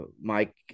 Mike